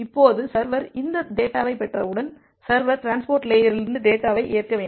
இப்போது சர்வர் இந்தத் டேட்டாவைப் பெற்றவுடன் சர்வர் டிரான்ஸ்போர்ட் லேயரிலிருந்து டேட்டாவை ஏற்க வேண்டும்